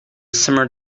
summer